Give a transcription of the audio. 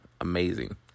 amazing